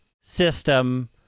system